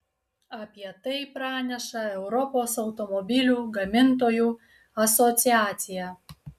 apie tai praneša europos automobilių gamintojų asociacija